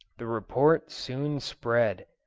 the report soon spread.